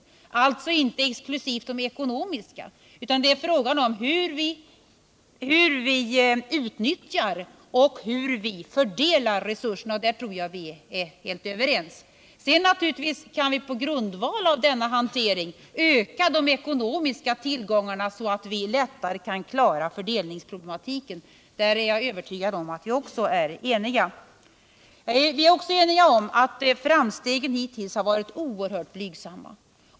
Det är alltså inte exklusivt fråga om de ekonomiska resurserna, utan det är fråga om hur vi utnyttjar och hur vi fördelar resurserna. Där tror jag vi är helt överens. Sedan kan vi på grundval av denna hantering öka de ekonomiska tillgångarna så att vi lättare kan lösa fördelningsproblemen — även på den punkten är jag övertygad om att vi är eniga. Vi är också eniga om att framstegen hittills varit oerhört blygsamma.